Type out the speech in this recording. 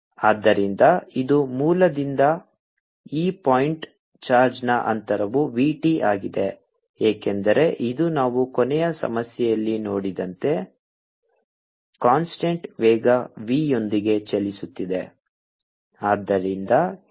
ಆದ್ದರಿಂದ ಇದು ಮೂಲದಿಂದ ಈ ಪಾಯಿಂಟ್ ಚಾರ್ಜ್ನ ಅಂತರವು v t ಆಗಿದೆ ಏಕೆಂದರೆ ಇದು ನಾವು ಕೊನೆಯ ಸಮಸ್ಯೆಯಲ್ಲಿ ನೋಡಿದಂತೆ ಕಾನ್ಸ್ಟಂಟ್ ವೇಗ v ಯೊಂದಿಗೆ ಚಲಿಸುತ್ತಿದೆ